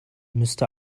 müsste